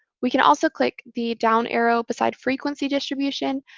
we can also click the down arrow beside frequency distribution.